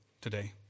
today